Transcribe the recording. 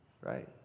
Right